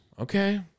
Okay